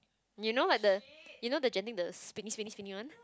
you know like the you know the Genting the spinning spinning spinning one